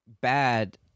bad